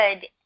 good